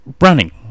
Running